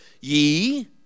Ye